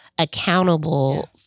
accountable